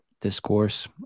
discourse